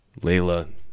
Layla